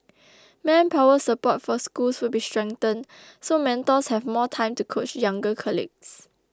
manpower support for schools will be strengthened so mentors have more time to coach younger colleagues